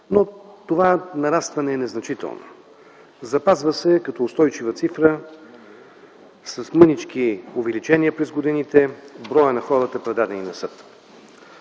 но това нарастване е незначително. Запазва се като устойчива цифра с мънички увеличения през годините броят на хората, предадени на съд.